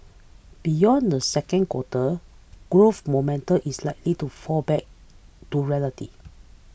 beyond the second quarter growth moment is likely to fall back to reality